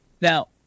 Now